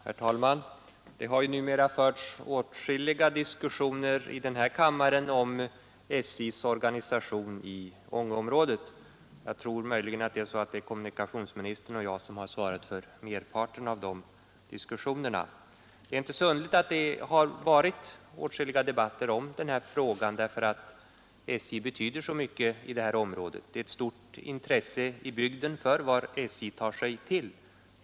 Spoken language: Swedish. Herr talman! Det har ju numera förts åtskilliga diskussioner här i kammaren om SJ:s organisation i Ångeområdet. Jag tror att kommunikationsministern och jag har svarat för merparten av de diskussionerna. Det är inte så underligt att det har varit åtskilliga debatter om den frågan därför att SJ betyder så mycket i området. Det är ett stort intresse i bygden för vad SJ tar sig till.